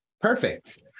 Perfect